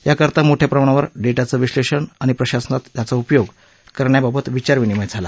या करता मोठया प्रमाणावर डेटाचं विश्लेषण आणि प्रशासनात त्याचा उपयोग करण्याबाबत विचार विनिमय झाला